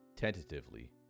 Tentatively